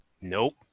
Nope